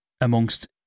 amongst